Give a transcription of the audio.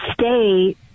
stay